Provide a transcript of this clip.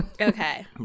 Okay